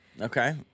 Okay